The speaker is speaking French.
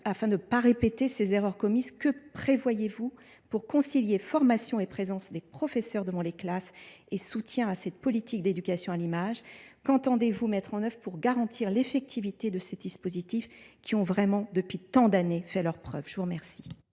Afin de ne pas répéter les erreurs commises, que prévoit le ministère pour concilier formation et présence des professeurs devant les classes et soutien à la politique d’éducation à l’image ? Qu’entend il mettre en œuvre pour garantir l’effectivité de ces dispositifs, qui, depuis tant d’années, ont fait leurs preuves ? La parole